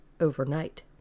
overnight